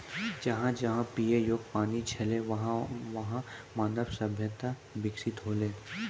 जहां जहां पियै योग्य पानी छलै वहां वहां मानव सभ्यता बिकसित हौलै